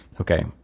Okay